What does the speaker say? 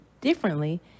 differently